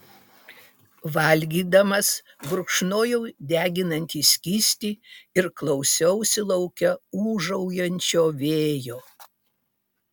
valgydamas gurkšnojau deginantį skystį ir klausiausi lauke ūžaujančio vėjo